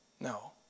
no